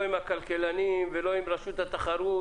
לא עם הכלכלנים ולא עם רשות התחרות?